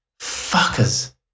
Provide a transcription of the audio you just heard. fuckers